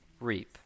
Reap